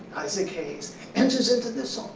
isaac hayes enters into this song.